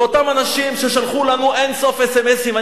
זה אותם אנשים ששלחו לנו אין-סוף אס.אם.אסים.